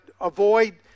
avoid